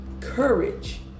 courage